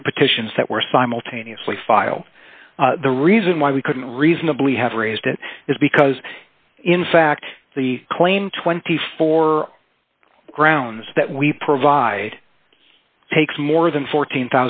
two petitions that were simultaneously file the reason why we couldn't reasonably have raised it is because in fact the claim twenty four grounds that we provide takes more than fourteen